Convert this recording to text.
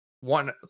one